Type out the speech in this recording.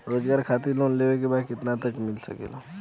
रोजगार खातिर लोन लेवेके बा कितना तक मिल सकेला?